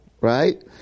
right